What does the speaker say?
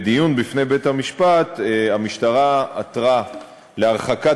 בדיון בפני בית-המשפט המשטרה עתרה להרחקת